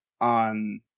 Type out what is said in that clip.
on